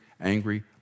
angry